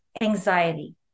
anxiety